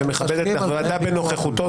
ומכבד את הוועדה בנוכחותו,